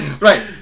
right